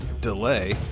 delay